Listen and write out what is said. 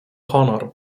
honor